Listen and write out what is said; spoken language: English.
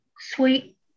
Sweet